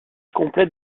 complète